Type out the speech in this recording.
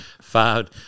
Five